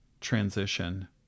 transition